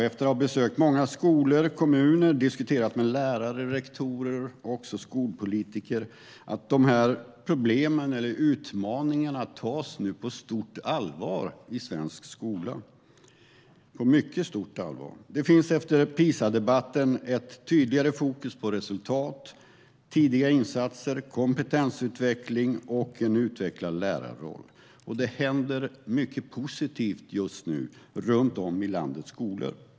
Efter att ha besökt många skolor och kommuner och diskuterat med lärare, rektorer och skolpolitiker är min bild att problemen och utmaningarna nu tas på mycket stort allvar i svensk skola. Det finns efter PISA-debatten ett tydligare fokus på resultat, tidiga insatser, kompetensutveckling och en utvecklad lärarroll. Det händer också mycket positivt just nu runt om i landets skolor.